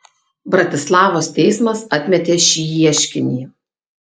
bratislavos teismas atmetė šį ieškinį